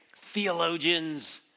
theologians